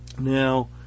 Now